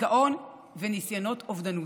דיכאון וניסיונות אובדנות.